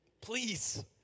please